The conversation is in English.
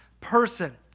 person